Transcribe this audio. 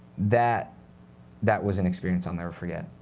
that that was an experience i'll never forget.